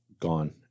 gone